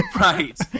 right